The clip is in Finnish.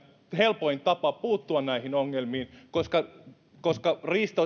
helpoin tapa puuttua näihin ongelmiin koska koska